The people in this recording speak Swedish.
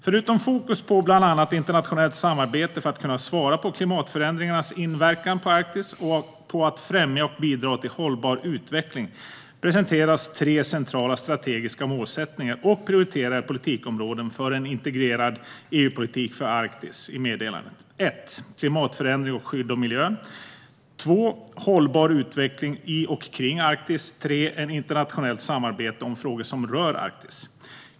Förutom fokus på bland annat internationellt samarbete för att kunna svara på klimatförändringarnas inverkan på Arktis och fokus på att främja och bidra till hållbar utveckling presenteras i meddelandet tre centrala strategiska målsättningar och prioriterade politikområden för en integrerad EU-politik för Arktis: klimatförändring och skydd av miljön hållbar utveckling i och kring Arktis internationellt samarbete om frågor som rör Arktis.